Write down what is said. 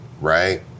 Right